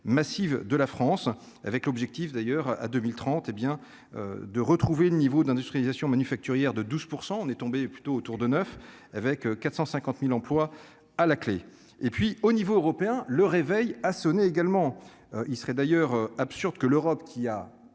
massive de la France avec l'objectif d'ailleurs à 2030, hé bien de retrouver le niveau d'industrialisation manufacturière de 12 % on est tombé plutôt autour de neuf avec 450000 emplois à la clé et puis au niveau européen, le réveil a sonné également, il serait d'ailleurs absurde que l'Europe qui a,